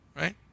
right